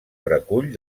recull